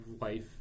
life